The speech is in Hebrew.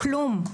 כלום.